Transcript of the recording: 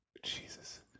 Jesus